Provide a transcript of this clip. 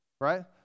right